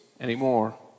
anymore